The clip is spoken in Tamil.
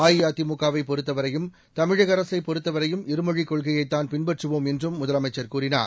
அஇஅதிமுகவை பொறுத்தவரையும் தமிழக பொறுத்தவரையும் இருமொழிக் கொள்கையைத்தான் பின்பற்றுவோம் என்றும் முதலமைச்சர் கூறினார்